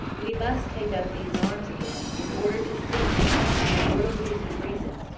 we must take up these arms again in order to seek in the mortal use of reason,